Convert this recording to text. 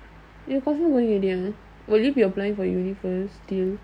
will you be applying for university